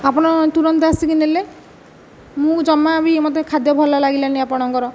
ଆପଣ ତୁରନ୍ତ ଆସିକି ନେଲେ ମୁଁ ଜମା ବି ମୋତେ ଖାଦ୍ୟ ଭଲ ଲାଗିଲାନି ଆପଣଙ୍କର